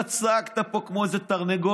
אתה צעקת פה כמו איזה תרנגולת,